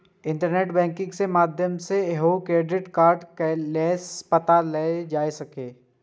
internet banking के माध्यम सं सेहो क्रेडिट कार्डक बैलेंस पता कैल जा सकैए